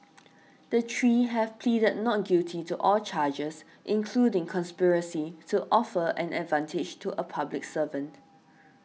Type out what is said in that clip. the three have pleaded not guilty to all charges including conspiracy to offer an advantage to a public servant